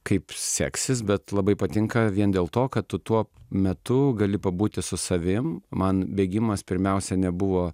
kaip seksis bet labai patinka vien dėl to kad tu tuo metu gali pabūti su savim man bėgimas pirmiausia nebuvo